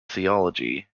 theology